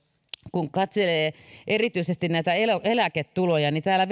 kun katselee erityisesti eläketuloja niin täällä